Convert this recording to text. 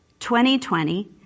2020